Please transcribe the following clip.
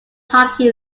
hockey